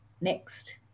Next